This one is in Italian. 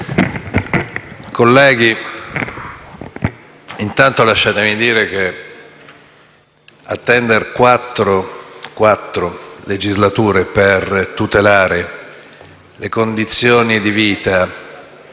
colleghi, intanto lasciatemi dire che attendere quattro legislature per tutelare le condizioni di vita